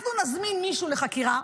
אנחנו נזמין מישהו לחקירה,